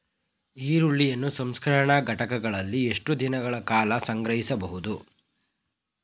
ಈರುಳ್ಳಿಯನ್ನು ಸಂಸ್ಕರಣಾ ಘಟಕಗಳಲ್ಲಿ ಎಷ್ಟು ದಿನಗಳ ಕಾಲ ಸಂಗ್ರಹಿಸಬಹುದು?